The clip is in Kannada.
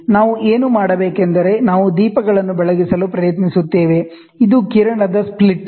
ನಾವು ಏನು ಮಾಡಬೇಕೆಂದರೆ ನಾವು ದೀಪಗಳನ್ನು ಬೆಳಗಿಸಲು ಪ್ರಯತ್ನಿಸುತ್ತೇವೆ ಇದು ಕಿರಣದ ಸ್ಪ್ಲಿಟರ್